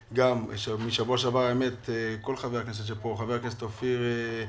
משבוע שעבר, גם חברי הכנסת אופיר סופר,